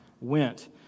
Went